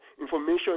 Information